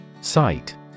Sight